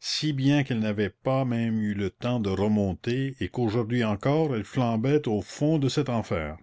si bien qu'elles n'avaient pas même eu le temps de remonter et qu'aujourd'hui encore elles flambaient au fond de cet enfer